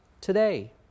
today